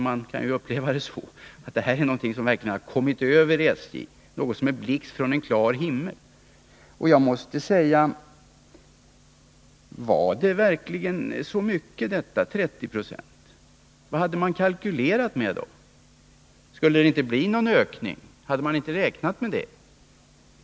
Man kan uppleva det som att detta verkligen är något som kommit över SJ som en blixt från en klar himmel. Var det verkligen så mycket — 30 Z6?. Vad hade man kalkylerat med? Skulle det inte bli någon ökning? Hade man inte räknat med det?